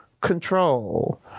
control